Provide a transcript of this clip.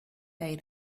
day